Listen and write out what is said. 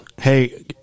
hey